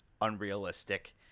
unrealistic